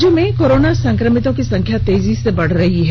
राज्य में कोरोना संक्रमितों की संख्या तेजी से बढ़ रही है